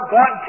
God